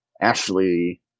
Ashley